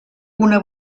una